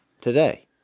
today